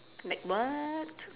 like what